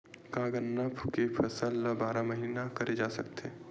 का गन्ना के फसल ल बारह महीन करे जा सकथे?